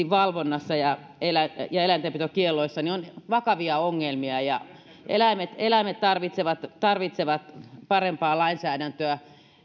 valvonnassa ja eläintenpitokielloissa on vakavia ongelmia ja eläimet eläimet tarvitsevat tarvitsevat parempaa lainsäädäntöä